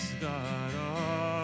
God